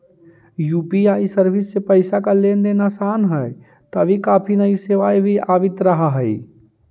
UPI service से पैसे का लेन देन आसान हई तभी काफी नई सेवाएं भी आवित रहा हई